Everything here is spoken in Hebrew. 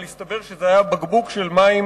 אבל הסתבר שזה היה בקבוק של מים